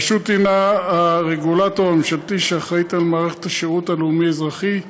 הרשות היא הרגולטור הממשלתי שאחראי למערכת השירות הלאומי-אזרחי.